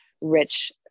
rich